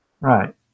right